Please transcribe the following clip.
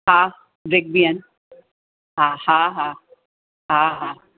हा ब्रिक्स बि आहिनि हा हा हा हा हा